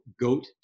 goat